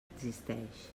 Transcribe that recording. existeix